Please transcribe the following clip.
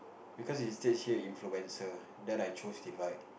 because it states here influencer then I chose divide